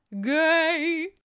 Gay